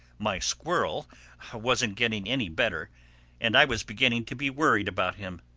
my squirrel wasn't getting any better and i was beginning to be worried about him.